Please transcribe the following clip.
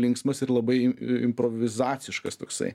linksmas ir labai improvizaciškas toksai